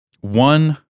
One